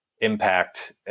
impact